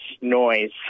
noise